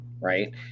right